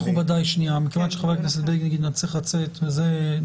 אני אומר שוב, וזה לא